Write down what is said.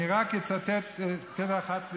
אני רק אצטט קטע אחד,